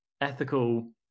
ethical